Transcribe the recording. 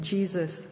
Jesus